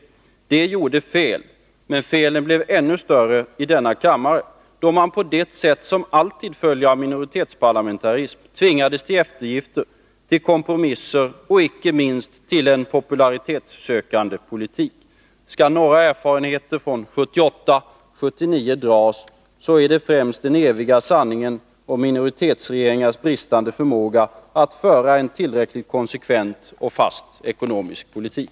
Folkpartisterna gjorde fel, men felen blev ännu större i denna kammare, då man på det sätt som alltid följer av minoritetsparlamentarism tvingades till eftergifter, kompromisser och inte minst en popularitetssökande politik. Skall några slutsatser från 1978/79 dras, så är det främst den eviga sanningen om minoritetsregeringars bristande förmåga att föra en konsekvent och fast ekonomisk politik.